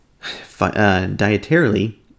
Dietarily